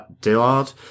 Dillard